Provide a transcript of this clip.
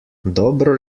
dobro